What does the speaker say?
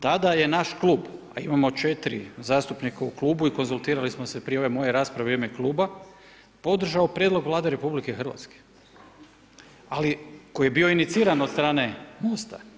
Tada je naš klub, a imamo 4 zastupnika u klubu i konzultirali smo se prije ove moje rasprave, i u ime kluba podržao prijedlog Vlade Republike Hrvatske ali koji je bio iniciran od strane Mosta.